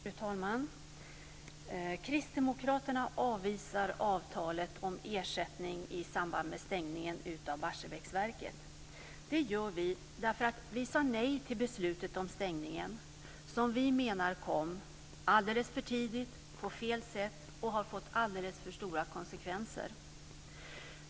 Fru talman! Kristdemokraterna avvisar avtalet om ersättning i samband med stängningen av Barsebäcksverket. Det gör vi därför att vi sade nej till beslutet om stängningen, som vi menar kom alldeles för tidigt, på fel sätt och har fått alldeles för stora konsekvenser.